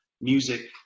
music